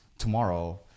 tomorrow